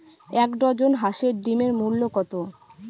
এক ডজন হাঁসের ডিমের মূল্য কত?